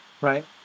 right